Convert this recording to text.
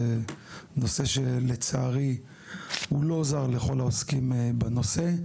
זה נושא שלצערי הוא לא זר לכל העוסקים בנושא,